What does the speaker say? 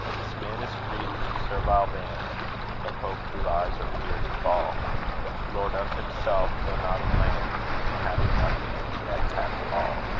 this man is freed from servile bands of hope to rise or fear to fall lord of himself, though not of lands, and, having nothing, yet hath all.